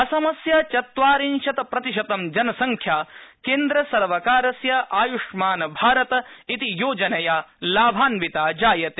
असमस्य चत्वारिशत् प्रतिशतं जनङ्संख्या केन्द्रसर्वकारस्य आयष्मान भारत इत्योजनया लाभान्विता जायते